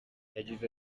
yagize